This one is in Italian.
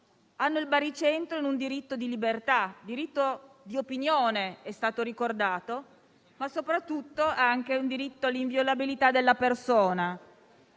hanno il baricentro in un diritto di libertà, in un diritto di opinione, come è stato ricordato, ma soprattutto anche in un diritto all'inviolabilità della persona,